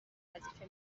وظیفه